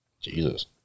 Jesus